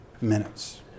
minutes